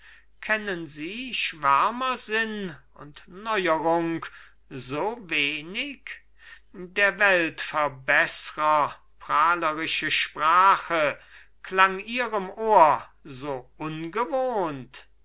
kennen sie schwärmersinn und neuerung so wenig der weltverbeßrer prahlerische sprache klang ihrem ohr so ungewohnt